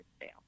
fail